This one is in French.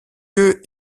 lieu